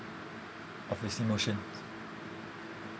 of his emotions